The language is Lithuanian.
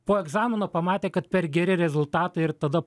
po egzamino pamatė kad per geri rezultatai ir tada